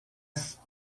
sms